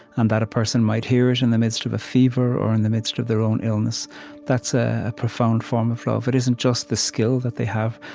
and that a person might hear it in the midst of a fever or in the midst of their own illness that's a profound form of love. it isn't just the skill that they have,